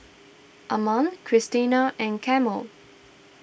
Alma Christiana and Carmel